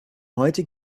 heute